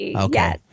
Okay